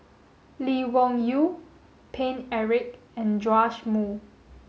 Lee Wung Yew Paine Eric and Joash Moo